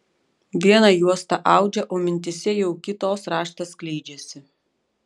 vieną juostą audžia o mintyse jau kitos raštas skleidžiasi